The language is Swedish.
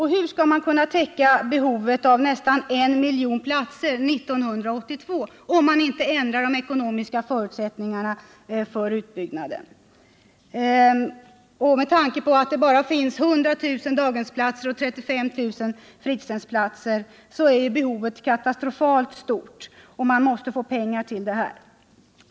Hur skall man kunna täcka behovet av nästan 1 miljon platser 1982 om man inte ändrar de ekonomiska förutsättningarna för utbyggnaden? Med tanke på att det bara finns 100000 daghemsplatser och 35 000 fritidshemsplatser är behovet katastrofalt stort, och man måste få pengar till detta.